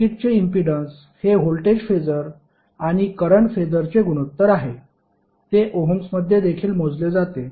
सर्किटचे इम्पीडन्स हे voltage phasor आणि करंट फेसरचे गुणोत्तर आहे आणि ते ओहम्समध्ये देखील मोजले जाते